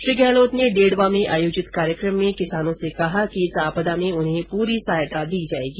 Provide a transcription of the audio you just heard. श्री गहलोत ने डेडवा में आयोजित कार्यक्रम में किसानों से रूबरू होते हुए कहा कि इस आपदा में उन्हें पूरी सहायता दी जाएगी